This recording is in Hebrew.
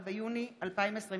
בבקשה.